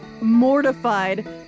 mortified